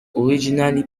originally